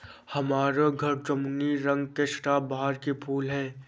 हमारे घर जामुनी रंग के सदाबहार के फूल हैं